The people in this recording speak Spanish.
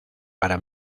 para